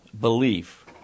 belief